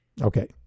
Okay